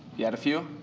you had a few?